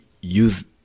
use